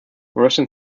russian